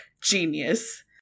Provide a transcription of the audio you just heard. Genius